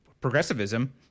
progressivism